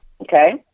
Okay